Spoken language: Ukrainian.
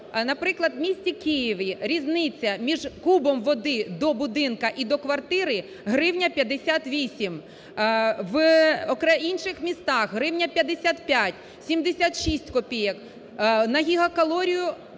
наприклад, в місті Києві різниця між кубом води до будинку і до квартири гривня 58, в інших містах – гривня 55, 76 копійок. На гігакалорію,